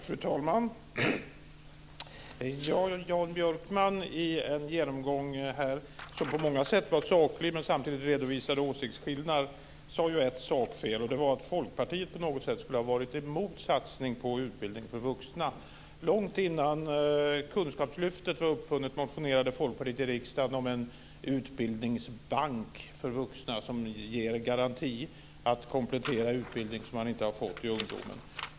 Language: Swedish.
Fru talman! Jan Björkman sade i en genomgång, som på många sätt var saklig men som samtidigt redovisade åsiktsskillnader, ett sakfel, och det var att Folkpartiet på något sätt skulle ha varit emot satsning på utbildning för vuxna. Långt innan Kunskapslyftet var uppfunnet motionerade Folkpartiet i riksdagen om en utbildningsbank för vuxna som ger garanti att komplettera med en utbildning som man inte har fått i ungdomen.